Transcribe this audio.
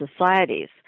societies